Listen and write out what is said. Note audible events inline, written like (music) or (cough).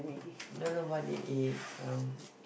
don't know what they eat now (noise)